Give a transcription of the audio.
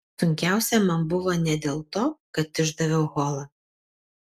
sunkiausia man buvo ne dėl to kad išdaviau holą